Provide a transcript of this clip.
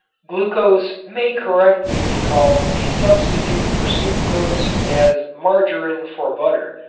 glucose may correctly be called a substitute for sucrose as margarin for butter,